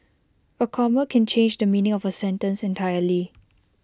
A comma can change the meaning of A sentence entirely